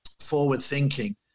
forward-thinking